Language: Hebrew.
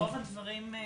רוב הדברים הם